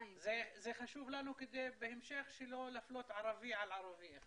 חשוב לנו בהמשך שלא להפלות ערבי על ערבי.